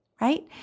right